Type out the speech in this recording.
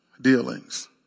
dealings